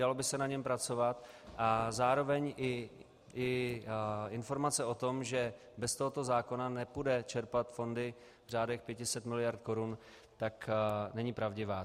Dalo by se na něm pracovat, a zároveň i informace o tom, že bez tohoto zákona nepůjde čerpat fondy v řádech 500 miliard korun, není pravdivá.